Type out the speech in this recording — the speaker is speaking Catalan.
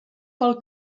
pel